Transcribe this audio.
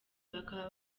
bakaba